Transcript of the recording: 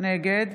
נגד